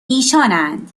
ایشانند